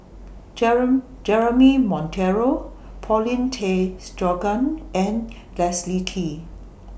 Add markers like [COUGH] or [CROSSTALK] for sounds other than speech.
[UNINTELLIGIBLE] Jeremy Monteiro Paulin Tay Straughan and Leslie Kee